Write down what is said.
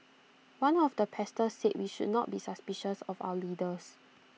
one of the pastors said we should not be suspicious of our leaders